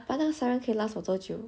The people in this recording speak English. siren 可以 last for 多久